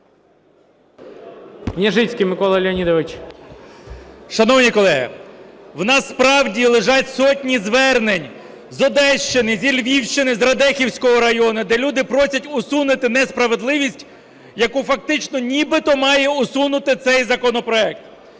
Шановні колеги, у нас справді лежать сотні звернень з Одещини, зі Львівщини, з Радехівського району, де люди просять усунути несправедливість, яку фактично нібито має усунути цей законопроект.